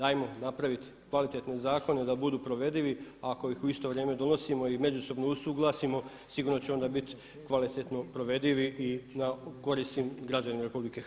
Ajmo napraviti kvalitetne zakone da budu provedivi a ako ih u isto vrijeme donosimo i međusobno usuglasimo sigurno će onda biti kvalitetno provedivi i na korist svim građanima RH.